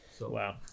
Wow